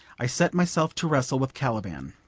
i set myself to wrestle with caliban.